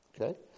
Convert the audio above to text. Okay